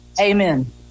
Amen